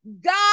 God